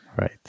Right